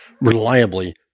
reliably